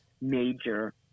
major